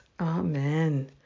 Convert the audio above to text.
Amen